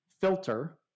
filter